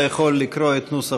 נושא